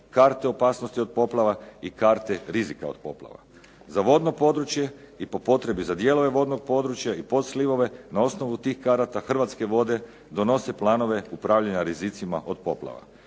karte opasnosti od poplava i karte rizika od poplava. Za vodno područje i po potrebi za dijelove vodnog područja i podslivove na osnovu tih karata Hrvatske vode donose planove upravljanja rizicima od poplava.